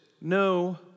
no